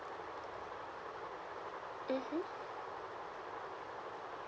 mmhmm